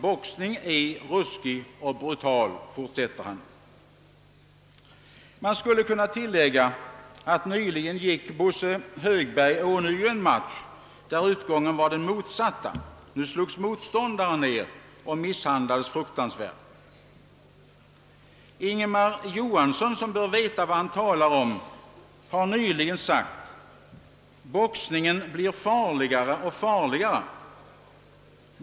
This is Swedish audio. Boxning är ruskig och brutal!» Man skulle kunna tillägga att Bosse Högberg nyligen ånyo gick en match där utgången blev den motsatta; nu slogs motståndaren ned och misshandlades fruktansvärt. Ingemar Johansson, som bör veta vad han talar om, har nyligen sagt: »Boxningen blir farligare och farligare.